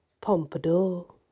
pompadour